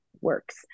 works